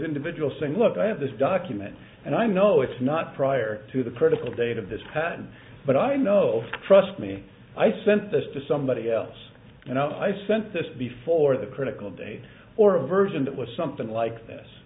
individual saying look i have this document and i know it's not prior to the critical date of this patent but i know trust me i sent this to somebody else and i sent this before the critical date or a version that was something like this